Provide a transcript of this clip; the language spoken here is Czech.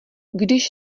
když